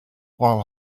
while